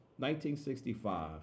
1965